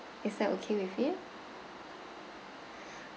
is that okay with you okay